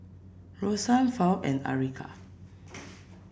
Roxann Fawn and Erica